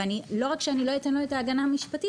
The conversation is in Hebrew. ולא רק שאני לא אתן לו את ההגנה המשפטית,